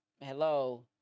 Hello